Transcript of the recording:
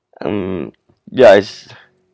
um ya it's